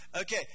Okay